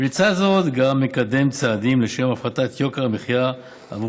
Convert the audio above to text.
ולצד זאת גם מקדם צעדים לשם הפחתת יוקר המחיה עבור